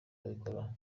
abikoraho